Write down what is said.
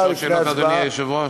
יש עוד שאלות לאדוני היושב-ראש?